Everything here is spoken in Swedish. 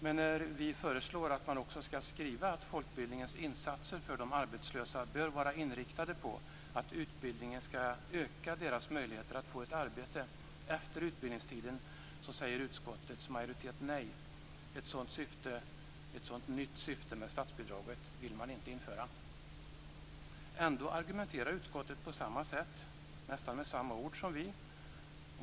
Men när vi föreslår att man också skall skriva att folkbildningens insatser för de arbetslösa bör vara inriktade på att utbildningen skall öka deras möjligheter att få ett arbete efter utbildningstiden säger utskottets majoritet nej. Ett sådant nytt syfte med statsbidraget vill man inte införa. Ändå argumenterar utskottet på samma sätt och använder nästan samma ord som vi.